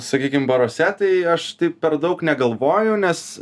sakykim baruose tai aš taip per daug negalvoju nes